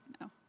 No